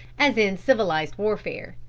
as in civilized warfare.